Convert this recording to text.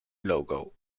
logo